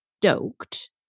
stoked